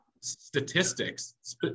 statistics